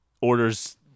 Orders